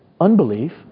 unbelief